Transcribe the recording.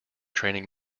training